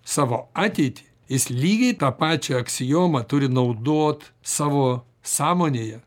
savo ateitį jis lygiai tą pačią aksiomą turi naudot savo sąmonėje